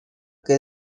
que